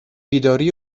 بیداری